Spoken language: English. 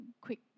Quick